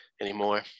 anymore